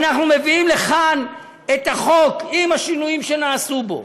אנחנו מביאים לכאן את החוק עם השינויים שנעשו בו,